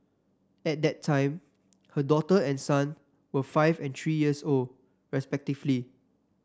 at that time her daughter and son were five and three years old respectively